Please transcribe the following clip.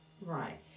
Right